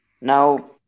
now